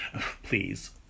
please